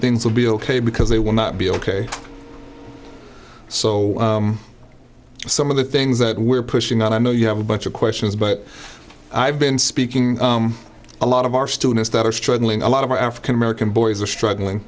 things will be ok because they will not be ok so some of the things that we're pushing and i know you have a bunch of questions but i've been speaking a lot of our students that are struggling a lot of our african american boys are struggling